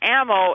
ammo